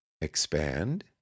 Expand